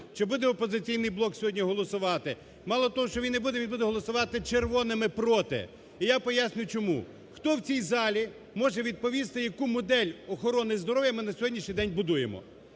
Чи буде "Опозиційний блок" сьогодні голосувати? Мало того, що він не буде, він буде голосувати червонити "проти". І я пояснюю, чому. Хто в цій залі може відповісти, яку модель охорони здоров'я ми на сьогоднішній день будуємо?